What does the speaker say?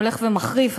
הולך ומחריף,